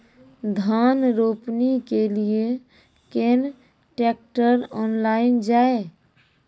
धान रोपनी के लिए केन ट्रैक्टर ऑनलाइन जाए?